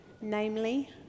Namely